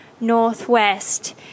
northwest